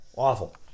awful